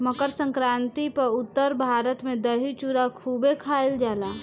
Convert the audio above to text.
मकरसंक्रांति पअ उत्तर भारत में दही चूड़ा खूबे खईल जाला